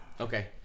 Okay